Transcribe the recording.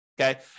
okay